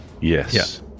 Yes